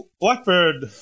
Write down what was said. Blackbird